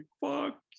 fuck